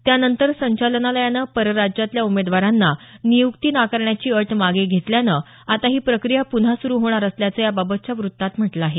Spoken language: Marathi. त्यानंतर संचालनालयानं परराराज्यातल्या उमेदवारांना नियुक्ती नाकारण्याची अट मागे घेतल्यानं आता ही प्रक्रिया पुन्हा होणार असल्याचं याबाबतच्या वृत्तात म्हटलं आहे